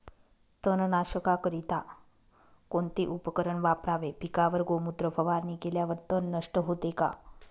तणनाशकाकरिता कोणते उपकरण वापरावे? पिकावर गोमूत्र फवारणी केल्यावर तण नष्ट होते का?